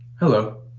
hello,